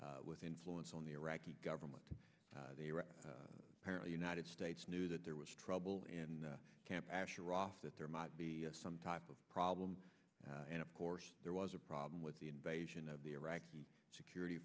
ashraf with influence on the iraqi government they were apparently united states knew that there was trouble in camp ashraf that there might be some type of problem and of course there was a problem with the invasion of the iraqi security